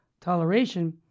toleration